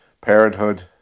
Parenthood